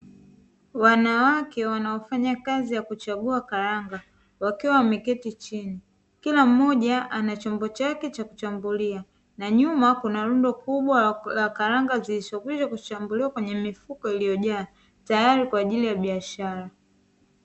Wanawake wanaofanya kazi ya kuchagua karanga wakiwa wameketi chini kila mmoja ana chombo chake cha kuchambulia, na nyuma kuna rundo kubwa la karanga zilizokwisha kuchambuliwa kwenye mifuko iliyojaa, tayari kwa ajili ya biashara.